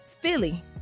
Philly